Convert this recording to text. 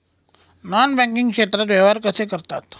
Non banking क्षेत्रात व्यवहार कसे करतात?